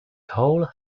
whole